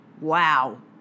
Wow